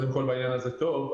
העניין הזה טוב,